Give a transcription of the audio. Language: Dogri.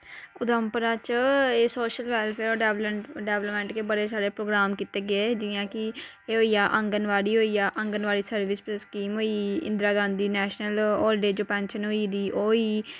उधमपुरा च एह् सोशल वेलफेयर डेवलपमेंट दे बड़े सारे प्रोग्राम कित्ते गे जियां की एह् होईया आंगनवाड़ी आंगनबाड़ी सर्विस स्कीम होई गेई Indira Gandhi national old age pension होई दी ओह् होई गेई